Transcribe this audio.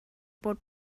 bod